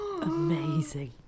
Amazing